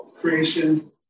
creation